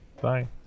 Bye